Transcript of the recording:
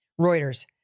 Reuters